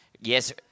Yes